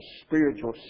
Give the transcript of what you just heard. spiritual